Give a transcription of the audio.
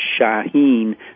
Shaheen